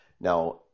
Now